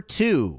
two